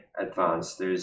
advanced